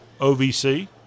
OVC